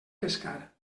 pescar